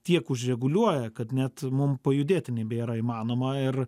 tiek užreguliuoja kad net mum pajudėti nebėra įmanoma ir